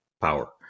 power